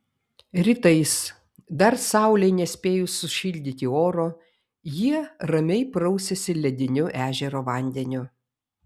rytais dar saulei nespėjus sušildyti oro jie ramiai prausiasi lediniu ežero vandeniu